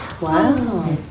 Wow